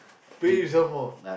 pay some more